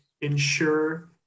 ensure